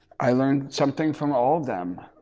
i learned something from all of them.